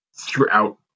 throughout